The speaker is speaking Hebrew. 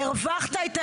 הקשבתי.